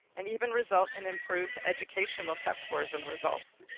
and even result in improved educational test scores and results.